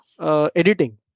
editing